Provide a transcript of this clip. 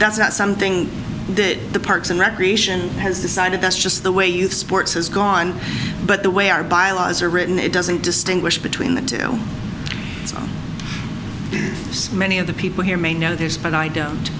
that's not something that the parks and recreation has decided that's just the way youth sports has gone but the way our bylaws are written it doesn't distinguish between the two many of the people here may know there's but i don't